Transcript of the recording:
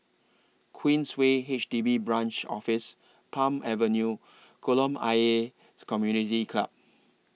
Queensway H D B Branch Office Palm Avenue and Kolam Ayer Community Club